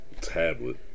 tablet